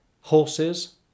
horses